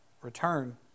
return